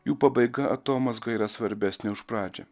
jų pabaiga atomazgoj yra svarbesnė už pradžią